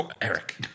Eric